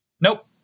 Nope